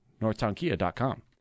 NorthtownKia.com